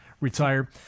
retire